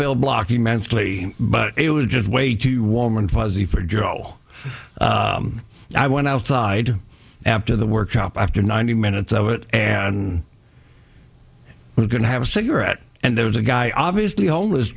bill block immensely but it was just way too warm and fuzzy for joe i went outside after the workshop after ninety minutes of it and we're going to have a cigarette and there was a guy obviously homeless